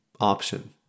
option